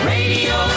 Radio